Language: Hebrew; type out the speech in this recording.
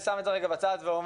אני שם את זה רגע בצד ואומר,